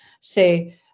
say